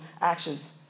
actions